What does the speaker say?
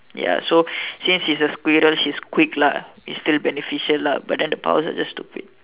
ya so since she's a squirrel she's quick lah it's still beneficial lah but then the powers are just stupid